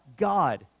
God